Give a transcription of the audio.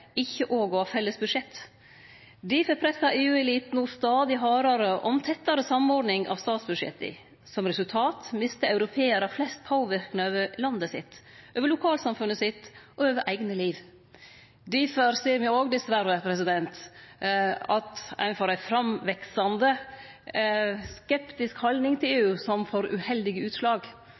ikkje òg å ha felles budsjett. Difor pressar EU-eliten no stadig hardare om tettare samordning av statsbudsjetta. Som resultat mistar europearar flest påverknad over landet sitt, over lokalsamfunnet sitt og over eigne liv. Difor ser me òg dessverre at ein får ei framveksande skeptisk haldning til EU som får uheldige utslag.